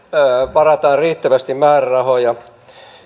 varataan riittävästi määrärahoja